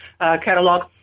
catalog